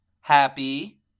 Happy